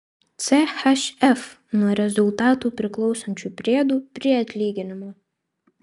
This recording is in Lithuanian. chf nuo rezultatų priklausančių priedų prie atlyginimo